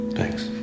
Thanks